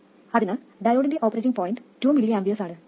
അതിനാൽ ഡയോഡിന്റെ operating point 2 mA ആണ്